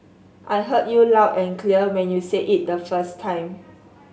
I heard you loud and clear when you said it the first time